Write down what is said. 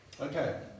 Okay